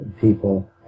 people